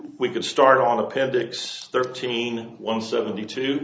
we could start on appendix thirteen one seventy t